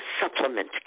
supplement